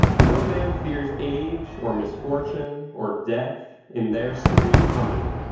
no man fears age or misfortune or death, in their serene company,